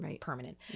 permanent